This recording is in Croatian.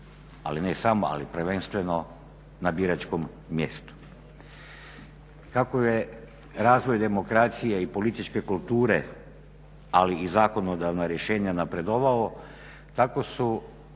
ali ne samo, ali prvenstveno na biračkom mjestu. Kako je razvoj demokracije i političke kulture ali i zakonodavna rješenja napredovao tako su